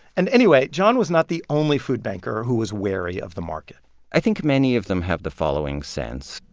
and anyway, john was not the only food banker who was wary of the market i think many of them have the following sense.